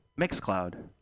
MixCloud